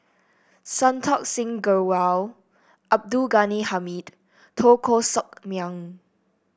Santokh Singh Grewal Abdul Ghani Hamid Teo Koh Sock Miang